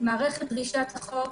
מערכת דרישת החוק,